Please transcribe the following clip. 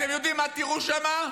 אתם יודעים מה תראו שם?